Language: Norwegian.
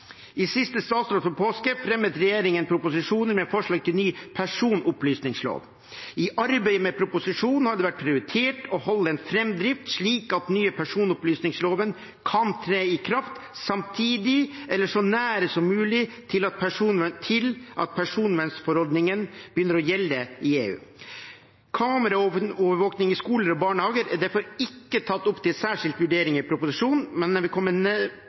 I siste statsråd før påske fremmet regjeringen en proposisjon med forslag til ny personopplysningslov. I arbeidet med proposisjonen har det vært prioritert å holde en fremdrift, slik at den nye personopplysningsloven kan tre i kraft samtidig som eller så nær som mulig som personvernforordningen begynner å gjelde i EU. Kameraovervåkning i skoler og barnehager er derfor ikke tatt opp til særskilt vurdering i proposisjonen, men jeg vil